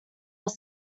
were